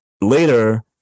later